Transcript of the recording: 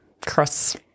cross